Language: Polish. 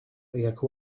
jak